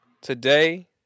today